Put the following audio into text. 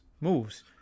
moves